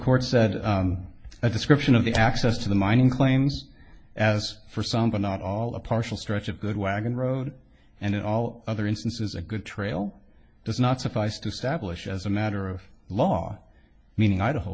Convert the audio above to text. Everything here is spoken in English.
court said a description of the access to the mining claims as for some but not all a partial stretch of good wagon road and in all other instances a good trail does not suffice to stablish as a matter of law meaning idaho